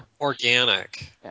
Organic